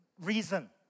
reason